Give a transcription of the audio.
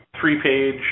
three-page